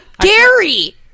Gary